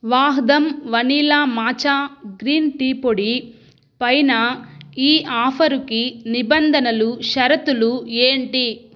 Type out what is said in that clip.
Vahdam vanilla matcha green tea పొడి పైన ఈ ఆఫరుకి నిబంధనలు షరతులు ఏంటి